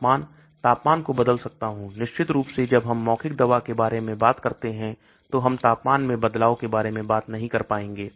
तापमान तापमान को बदल सकता हूं निश्चित रूप से जब हम मौखिक दवा के बारे में बात करते हैं तो हम तापमान में बदलाव के बारे में बात नहीं कर पाएंगे